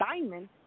Diamond